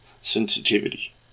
sensitivity